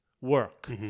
work